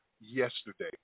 yesterday